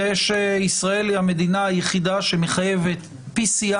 ישראל היא המדינה היחידה שמחייבת PCR